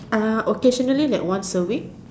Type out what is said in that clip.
uh occasionally like once a week